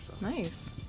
Nice